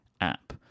app